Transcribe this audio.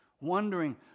wondering